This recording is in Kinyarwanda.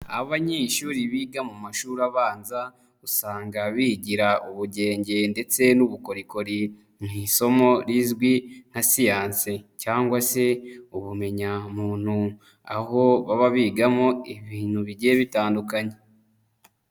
Abanyeshuri biga mu mashuri abanza ,usanga bigira ubugenge ndetse n'ubukorikori, nk'isomo rizwi nka siyanse, cyangwa se ubumenyamuntu. Aho baba bigamo ibintu bigiye bitandukanye.